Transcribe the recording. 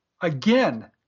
Again